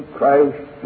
Christ